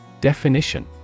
Definition